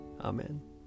Amen